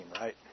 right